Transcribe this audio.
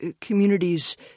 communities